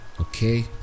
Okay